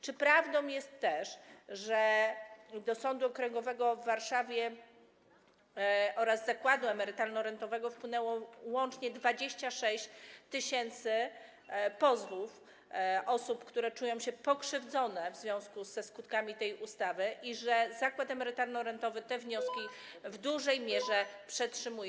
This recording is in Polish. Czy prawdą jest, że do Sądu Okręgowego w Warszawie oraz zakładu emerytalno-rentowego wpłynęło łącznie 26 tys. pozwów osób, które czują się pokrzywdzone w związku ze skutkami tej ustawy, i że zakład emerytalno-rentowy te wnioski w dużej mierze przetrzymuje?